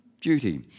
duty